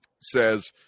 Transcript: says